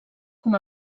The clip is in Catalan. com